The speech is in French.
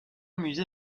musée